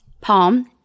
Palm